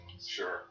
Sure